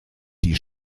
die